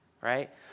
right